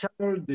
channel